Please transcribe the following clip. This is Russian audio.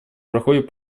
проходит